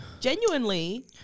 genuinely